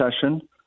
session